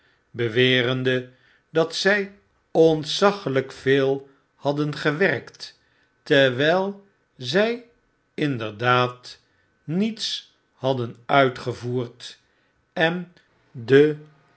bewerende dat zy ontzaggelyk veel hadden gewerkt terwyl zjj inderdaad niets hadden uitgevoerd en de